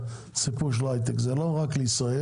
זה לא רק לישראל.